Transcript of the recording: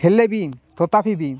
ହେଲେ ବି ତଥାପି ବିି